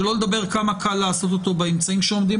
שלא לדבר על כמה קל לעשות אותו באמצעים שעומדים